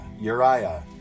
Uriah